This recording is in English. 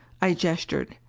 i gestured.